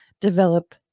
develop